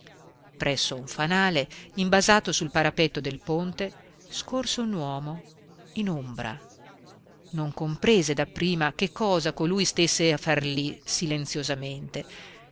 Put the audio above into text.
presso un fanale imbasato sul parapetto del ponte scorse un uomo in ombra non comprese dapprima che cosa colui stesse a far lì silenziosamente